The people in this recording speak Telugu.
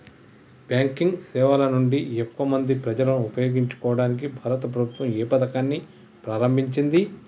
బ్యాంకింగ్ సేవల నుండి ఎక్కువ మంది ప్రజలను ఉపయోగించుకోవడానికి భారత ప్రభుత్వం ఏ పథకాన్ని ప్రారంభించింది?